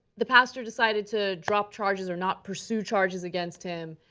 the pastor decided to drop charges, or not pursue charges against him.